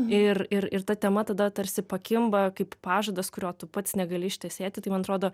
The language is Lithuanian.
ir ir ir ta tema tada tarsi pakimba kaip pažadas kurio tu pats negali ištesėti tai man atrodo